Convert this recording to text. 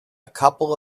couple